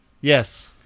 Yes